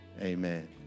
Amen